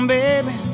baby